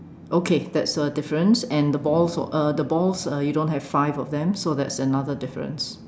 okay that's a difference and the balls uh the balls uh you don't have five of them so that's another difference